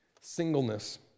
Singleness